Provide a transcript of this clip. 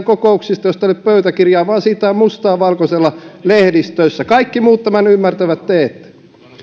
kokouksista joista ei ole pöytäkirjaa vaan siitä on mustaa valkoisella lehdistössä kaikki muut tämän ymmärtävät te